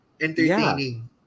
Entertaining